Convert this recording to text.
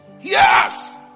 yes